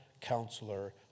counselor